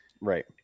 Right